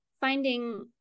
finding